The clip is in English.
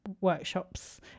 workshops